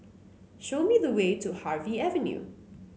show me the way to Harvey Avenue